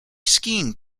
skiing